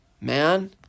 Man